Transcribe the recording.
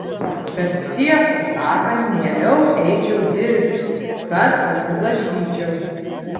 bet tiesą sakant mieliau eičiau dirbti kad prasiblaškyčiau